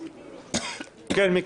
מיקי,